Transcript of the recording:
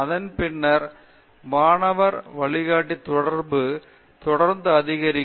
அதன் பின்னர் மாணவர் வழிகாட்டி தொடர்பு தொடர்ந்து அதிகரிக்கும்